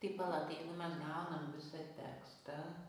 tai pala tai jeigu mes gaunam visą tekstą